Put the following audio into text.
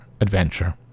adventure